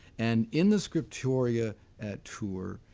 and in the scriptoria at tours,